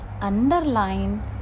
underline